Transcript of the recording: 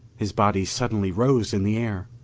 his body suddenly rose in the air.